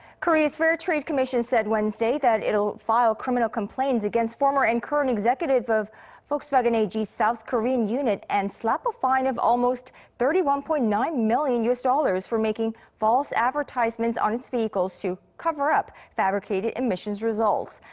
korea's fair trade commission said wednesday that it will file criminal complaints against former and current executives of volkswagen ag's south korean unit and slap a fine of almost thirty one point nine million u s. dollars for making false advertisements on its vehicles to cover up fabricated emissions results.